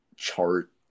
chart